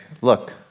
look